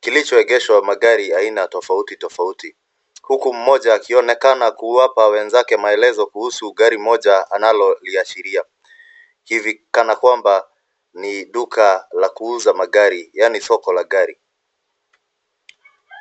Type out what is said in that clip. kilichoegeshwa magari aina tofauti tofauti huku mmoja akionekana kuwapa wenzake maelezo kuhusu gari moja analoliashiri. Hivi kana kwamba ni duka la kuuza magari yaani soko la gari.